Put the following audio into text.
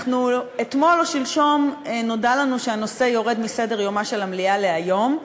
אתמול או שלשום נודע לנו שהנושא יורד מסדר-יומה של המליאה היום.